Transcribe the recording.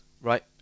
Right